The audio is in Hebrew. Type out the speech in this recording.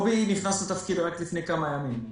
קובי נכנס לתפקידו רק לפני כמה ימים.